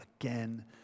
again